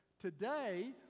Today